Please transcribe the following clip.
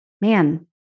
man